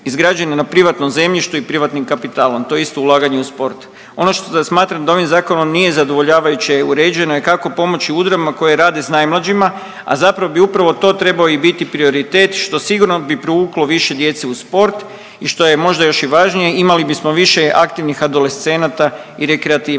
izgrađene na privatnom zemljištu i privatnim kapitalom, to je isto ulaganje u sport. Ono što smatram da ovim zakonom nije zadovoljavajuće je uređeno je kako pomoći udrugama koje rade s najmlađima, a zapravo bi upravo to trebao i biti prioritet što sigurno bi privuklo više djece u sport i što je možda još i važnije imali bismo više aktivnih adolescenata i rekreativaca.